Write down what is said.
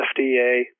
FDA